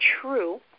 true